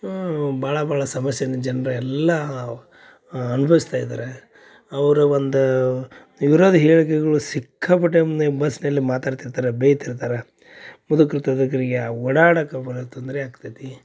ಭಾಳ ಭಾಳ ಸಮಸ್ಯೆನ ಜನ್ರು ಎಲ್ಲಾ ಅನ್ಭವಸ್ತಾ ಇದ್ದಾರೆ ಅವರ ಒಂದು ವಿರೋಧಿ ಹೇಳಿಕೆಗಳು ಸಿಕ್ಕಾಪಟ್ಟೆ ಮುಂದೆ ಬಸ್ನಲ್ಲಿ ಮಾತಾಡ್ತಿರ್ತಾರೆ ಬೈತಿರ್ತಾರ ಮುದಕ್ರು ತದಕ್ರಿಗೆ ಆ ಓಡಾಡಕ ಬಹಳ ತೊಂದರೆ ಆಗ್ತೈತಿ